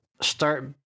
start